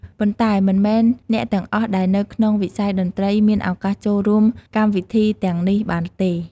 ប៉ុន្តែមិនមែនអ្នកទាំងអស់ដែលនៅក្នុងវិស័យតន្ត្រីមានឱកាសចូលរួមកម្មវិធីទាំងនេះបានទេ។